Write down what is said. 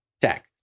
tech